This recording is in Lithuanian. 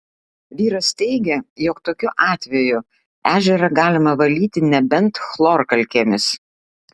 vyras teigė jog tokiu atveju ežerą galima valyti nebent chlorkalkėmis